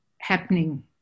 happening